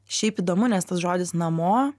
šiaip įdomu nes tas žodis namo